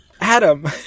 Adam